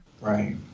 Right